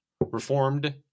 Reformed